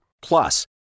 Plus